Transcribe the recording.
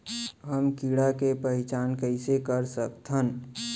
हम कीड़ा के पहिचान कईसे कर सकथन